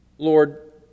Lord